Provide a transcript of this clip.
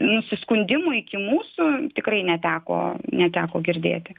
nusiskundimų iki mūsų tikrai neteko neteko girdėti